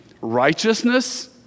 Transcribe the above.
Righteousness